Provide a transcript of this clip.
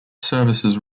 services